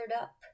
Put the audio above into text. up